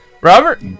Robert